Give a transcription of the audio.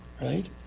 Right